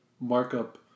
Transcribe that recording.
markup